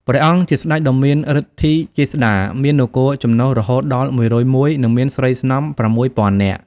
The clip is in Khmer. ព្រះអង្គជាស្តេចដ៏មានឫទ្ធិចេស្តា មាននគរចំណុះរហូតដល់ ១០១ និងមានស្រីស្នំ ៦០០០ នាក់។